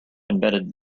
embedded